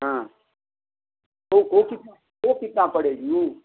हाँ तो वो कितना वो कितना पड़ेगी